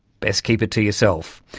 best keep it to yourself.